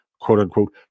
quote-unquote